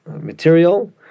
material